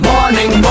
Morning